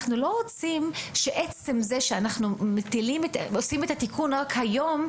אנחנו לא רוצים לעשות את התיקון רק היום,